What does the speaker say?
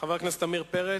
חבר הכנסת עמיר פרץ,